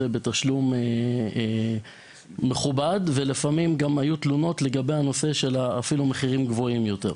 בתשלום מכובד ולפעמים גם היום תלונות לגבי מחירים גבוהים יותר.